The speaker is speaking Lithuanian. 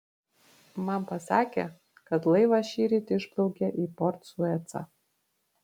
man pasakė kad laivas šįryt išplaukė į port suecą